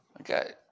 Okay